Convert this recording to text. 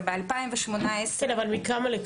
מכמה?